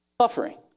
suffering